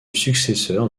successeur